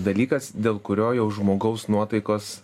dalykas dėl kurio jau žmogaus nuotaikos